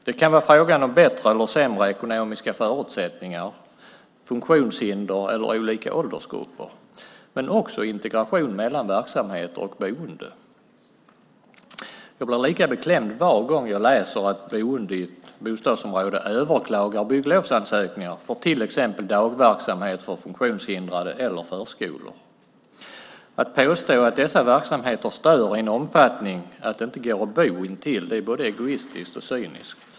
Det kan vara fråga om bättre eller sämre ekonomiska förutsättningar, funktionshinder eller olika åldersgrupper men också integration mellan verksamheter och boende. Jag blir lika beklämd var gång jag läser att boende i bostadsområden överklagar bygglovsansökningar för till exempel dagverksamhet för funktionshindrade eller förskolor. Att påstå att dessa verksamheter stör i sådan omfattning att det inte går att bo intill är både egoistiskt och cyniskt.